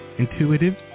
intuitive